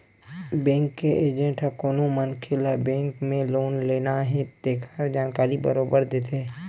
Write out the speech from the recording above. bank के agent ह कोनो मनखे ल बेंक ले लोन लेना हे तेखर जानकारी बरोबर देथे